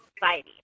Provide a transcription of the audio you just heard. society